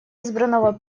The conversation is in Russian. избранного